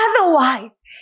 Otherwise